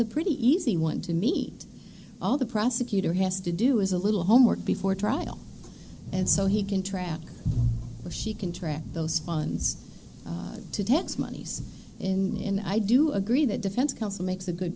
a pretty easy one to meet all the prosecutor has to do is a little homework before trial and so he can trap or she can track those funds to tax monies in i do agree that defense counsel makes a good